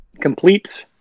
complete